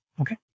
Okay